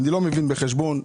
אני לא מבין בחשבון.